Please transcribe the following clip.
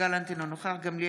אינו נוכח יואב גלנט,